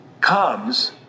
comes